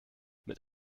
mit